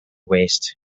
waste